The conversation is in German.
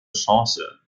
chance